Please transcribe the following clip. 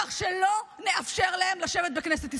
כך שלא נאפשר להם לשבת בכנסת ישראל.